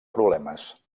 problemes